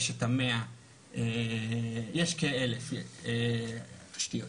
יש כ-1,000 תשתיות.